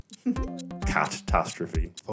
Catastrophe